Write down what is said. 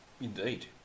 Indeed